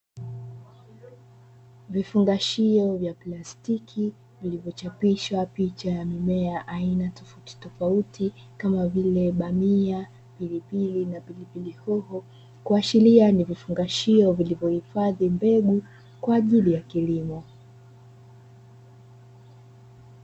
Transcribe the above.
Vifungashio vya plastiki vilivyochapishwa picha ya mimea aina tofautitofauti, kama vile: bamia, pilipili na pilipili hoho, kuashiria ni vifungashio vilivyohifadhi mbegu kwa ajili ya kilimo.